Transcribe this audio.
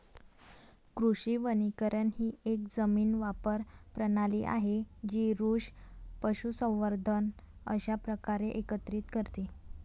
कृषी वनीकरण ही एक जमीन वापर प्रणाली आहे जी वृक्ष, पशुसंवर्धन अशा प्रकारे एकत्रित करते